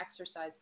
exercise